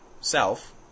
self